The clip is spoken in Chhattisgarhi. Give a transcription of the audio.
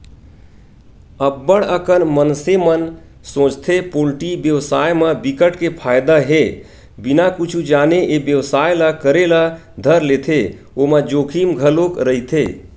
अब्ब्ड़ अकन मनसे मन सोचथे पोल्टी बेवसाय म बिकट के फायदा हे बिना कुछु जाने ए बेवसाय ल करे ल धर लेथे ओमा जोखिम घलोक रहिथे